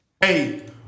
Hey